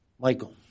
Michael